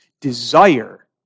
Desire